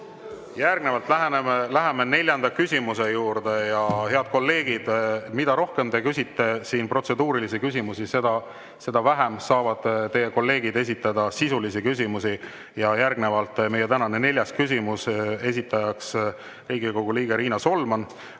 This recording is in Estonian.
Järgnevalt läheme neljanda küsimuse juurde. (Hääl saalist.) Head kolleegid, mida rohkem te küsite protseduurilisi küsimusi, seda vähem saavad teie kolleegid esitada sisulisi küsimusi. Järgnevalt meie tänane neljas küsimus. Esitaja on Riigikogu liige Riina Solman,